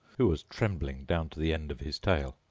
who was trembling down to the end of his tail.